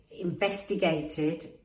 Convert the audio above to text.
investigated